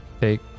take